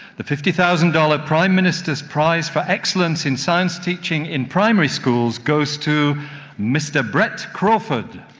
the fifty thousand dollars prime minister's prize for excellence in science teaching in primary schools goes to mr brett crawford.